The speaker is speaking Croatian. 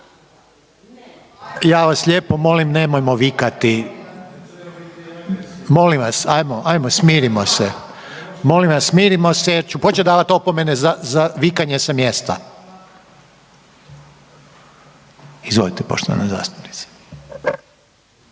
Ja vas lijepo molim nemojmo vikati. Molim vas hajmo smirimo se. Molim vas smirimo se jer ću početi davati opomene za vikanje sa mjesta. Izvolite poštovana zastupnice.